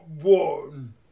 one